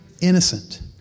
innocent